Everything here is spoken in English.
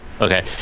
Okay